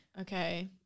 Okay